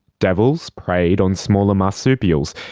devils preyed on smaller marsupials,